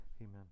Amen